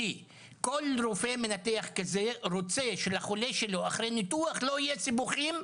כי כל רופא מנתח כזה רוצה שלחולה שלו אחרי הניתוח לא יהיו סיבוכים,